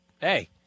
hey